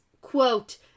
quote